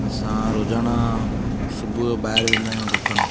असां रोजाणा सुबुह जो ॿाहिरि वेंदा आहियूं ॾुकणु